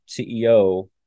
CEO